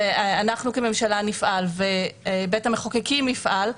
ואנחנו כממשלה נפעל ובית המחוקקים יפעל,